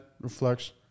reflects